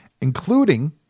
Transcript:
including